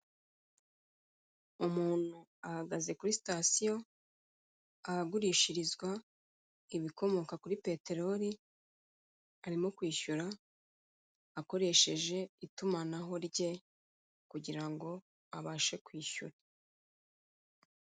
Umuntu ahagaze kuri sitasiyo ahagurishirizwa ibikomoka kuri peteroli, arimo kwishyura akoresheje itumanaho rye kugira ngo abashe kwishyura.